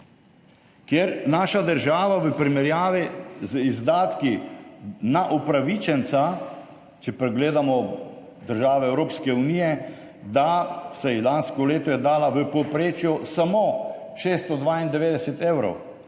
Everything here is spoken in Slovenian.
Naša država v primerjavi z izdatki na upravičenca, če pogledamo države Evropske unije, vsaj lansko leto je dala v povprečju samo 692 evrov,